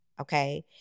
okay